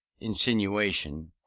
insinuation